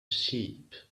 sheep